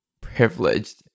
privileged